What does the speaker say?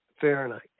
Fahrenheit